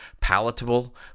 palatable